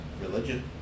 religion